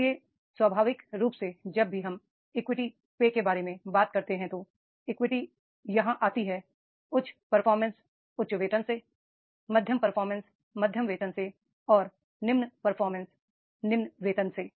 इसलिए स्वाभाविक रूप से जब भी हम इक्विटी पे बारे में बात करते हैं तो इक्विटी यहां आती है उच्च परफॉर्मेंस उच्च वेतन से मध्यम परफॉर्मेंस मध्यम वेतन से और निम्न परफॉर्मेंस निम्न वेतन से